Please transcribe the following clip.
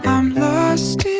um lost